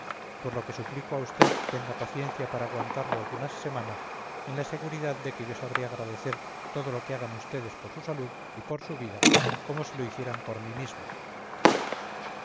por lo que suplico a usted tenga paciencia para aguantarlo algunas semanas en la seguridad de que yo sabré agradecer todo lo que hagan ustedes por su salud y por su vida como si lo hicieran por mí mismo